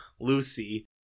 Lucy